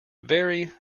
very